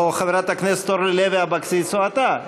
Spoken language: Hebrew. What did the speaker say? חברת הכנסת אורלי לוי אבקסיס או אתה.